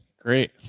Great